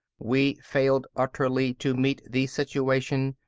we failed utterly to meet the situation.